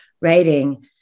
writing